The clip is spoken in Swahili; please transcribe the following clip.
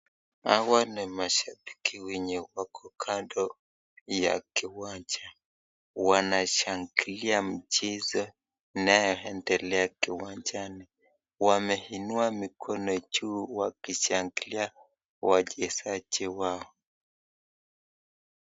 Hawa ni mashabiki wenye wako kando ya uwanja, wanashangilia mchezo inayoendelea uwanjani, wameinua mono juu wakishangilia wachezaji wao.